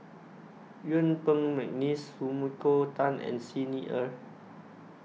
Yuen Peng Mcneice Sumiko Tan and Xi Ni Er